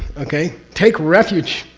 okay? take refuge,